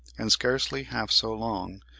and scarcely half so long,